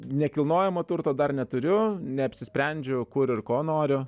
nekilnojamo turto dar neturiu neapsisprendžiau kur ir ko noriu